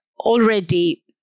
Already